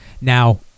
now